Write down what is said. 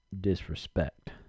Disrespect